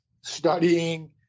studying